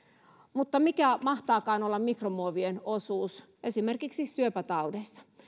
mutta mikä mahtaakaan olla mikromuovien osuus esimerkiksi syöpätaudeissa